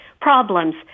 problems